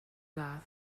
ladd